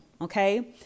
okay